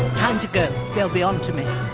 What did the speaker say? time to go. they'll be onto me.